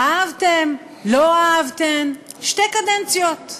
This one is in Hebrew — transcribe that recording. אהבתם, לא אהבתם, שתי קדנציות.